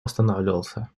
останавливался